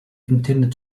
intended